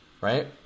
right